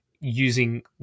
using